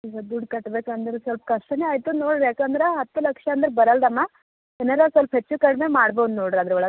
ಈಗ ದುಡ್ಡು ಕಟ್ಬೇಕಂದ್ರೆ ಸ್ವಲ್ಪ ಕಷ್ಟವೇ ಆಗ್ತದ್ ನೋಡಿ ರೀ ಯಾಕಂದ್ರೆ ಹತ್ತು ಲಕ್ಷ ಅಂದ್ರೆ ಬರಲ್ಲಮ್ಮ ಏನಾರ ಸ್ವಲ್ಪ ಹೆಚ್ಚು ಕಡಿಮೆ ಮಾಡ್ಬೋದು ನೋಡಿರಿ ಅದ್ರೊಳಗೆ